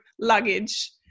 luggage